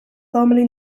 formerly